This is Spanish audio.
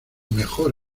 mejor